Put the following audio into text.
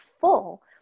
full